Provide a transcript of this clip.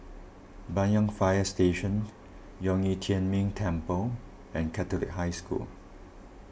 Banyan Fire Station Zhong Yi Tian Ming Temple and Catholic High School